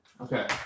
Okay